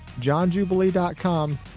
johnjubilee.com